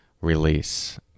release